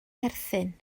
perthyn